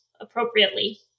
appropriately